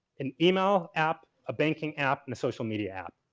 an email app, a banking app, and a social media app?